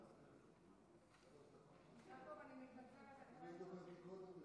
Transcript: אני רוצה לומר לכם,